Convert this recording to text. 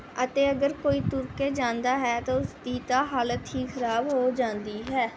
ਅਤੇ ਅਗਰ ਕੋਈ ਤੁਰ ਕੇ ਜਾਂਦਾ ਹੈ ਤਾਂ ਉਸ ਦੀ ਤਾਂ ਹਾਲਤ ਹੀ ਖਰਾਬ ਹੋ ਜਾਂਦੀ ਹੈ